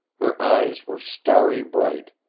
her eyes were starry bright.